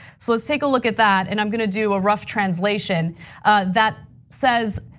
so take a look at that and i'm gonna do a rough translation that says,